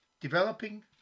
Developing